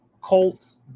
Colts